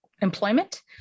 employment